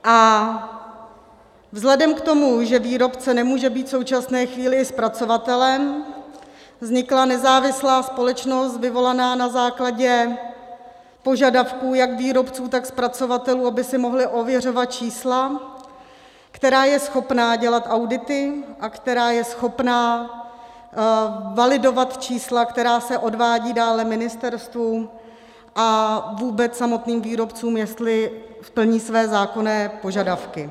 A vzhledem k tomu, že výrobce nemůže být v současné chvíli zpracovatelem, vznikla nezávislá společnost vyvolaná na základě požadavků jak výrobců, tak zpracovatelů, aby si mohli ověřovat čísla, která je schopna dělat audity a která je schopna validovat čísla, která se odvádí dále ministerstvu a vůbec samotným výrobcům, jestli plní své zákonné požadavky.